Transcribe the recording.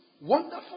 wonderful